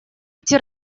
эти